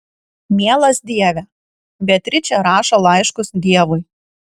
mielas dieve beatričė rašo laiškus dievui